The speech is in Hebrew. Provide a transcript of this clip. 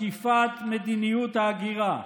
אכיפת מדיניות ההגירה,